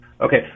Okay